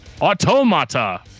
Automata